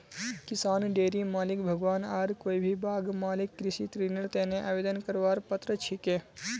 किसान, डेयरी मालिक, बागवान आर कोई भी बाग मालिक कृषि ऋनेर तने आवेदन करवार पात्र छिके